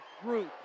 group